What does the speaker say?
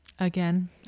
again